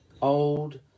old